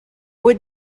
would